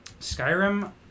Skyrim